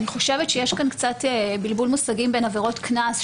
אני חושבת שיש כאן קצת בלבול מושגים בין עבירות קנס,